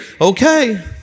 okay